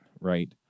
right